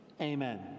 amen